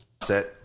Set